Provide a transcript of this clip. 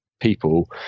people